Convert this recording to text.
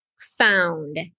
found